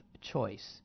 choice